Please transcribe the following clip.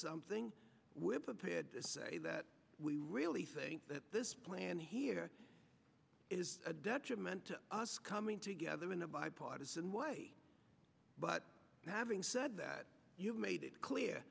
something that we really think that this plan here is a detriment to us coming together in a bipartisan way but having said that you've made it clear